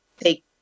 take